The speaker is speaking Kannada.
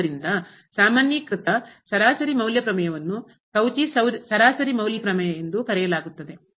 ಆದ್ದರಿಂದ ಸಾಮಾನ್ಯೀಕೃತ ಸರಾಸರಿ ಮೌಲ್ಯ ಪ್ರಮೇಯವನ್ನು ಕೌಚಿ ಸರಾಸರಿ ಮೌಲ್ಯ ಪ್ರಮೇಯ ಎಂದೂ ಕರೆಯಲಾಗುತ್ತದೆ